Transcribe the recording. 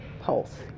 pulse